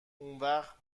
اونوقت